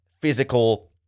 physical